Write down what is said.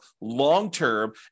long-term